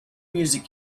music